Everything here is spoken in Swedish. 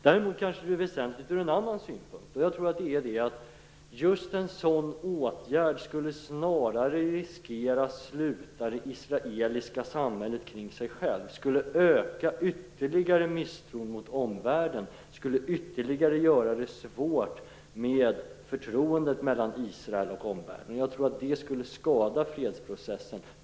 Däremot kan det vara väsentligt från en annan synpunkt, och det är att just en sådan åtgärd snarare skulle riskera att sluta det israeliska samhället kring sig självt, skulle ytterligare öka misstron mot omvärlden, skulle ytterligare göra det svårt med förtroendet mellan Israel och omvärlden. Jag tror att det skulle skada fredsprocessen.